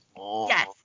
Yes